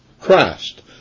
Christ